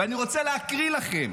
ואני רוצה להקריא לכם,